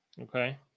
Okay